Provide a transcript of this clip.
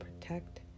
protect